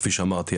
כפי שאמרתי,